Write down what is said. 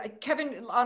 Kevin